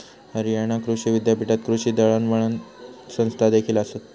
हरियाणा कृषी विद्यापीठात कृषी दळणवळण संस्थादेखील आसत